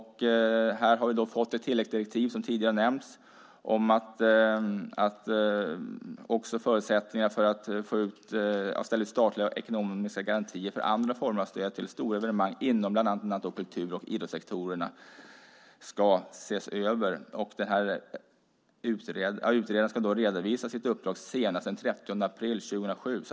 Här har vi fått ett tilläggsdirektiv, som tidigare nämnts, om att också förutsättningarna för att ställa ut statliga ekonomiska garantier eller andra former av stöd till stora evenemang inom bland annat kultur och idrottssektorerna ska ses över. Utredaren ska redovisa sitt uppdrag senast den 30 april 2007.